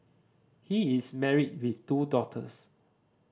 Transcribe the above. he is married with two daughters